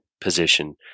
position